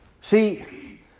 See